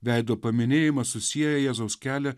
veido paminėjimas susieja jėzaus kelią